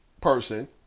person